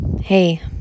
Hey